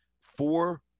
four